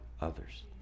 others